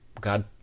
God